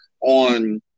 on –